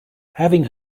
having